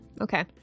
Okay